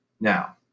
Now